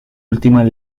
últimas